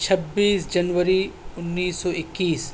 چھبس جنوری انیس سو اکیس